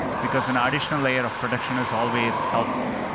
because an ah additional layer of protection is always helpful.